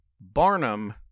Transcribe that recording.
Barnum